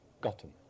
gotten